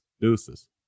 deuces